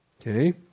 okay